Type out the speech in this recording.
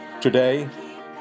Today